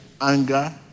anger